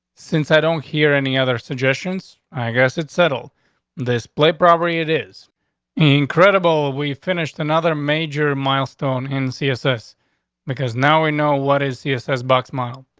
since i don't hear any other suggestions. i guess it's settled this plate robbery. it is incredible. we finished another major milestone in css because now we know what is the ss box mile?